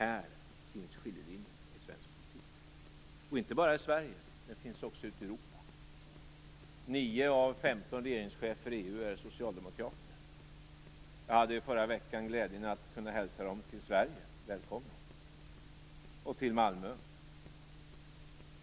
Här finns skiljelinjen i svensk politik, inte bara i Sverige, utan den finns också ute i Europa. 9 av 15 regeringschefer i EU är socialdemokrater. Jag hade i förra veckan glädjen att kunna hälsa dem välkomna till Sverige och Malmö.